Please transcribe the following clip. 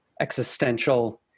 existential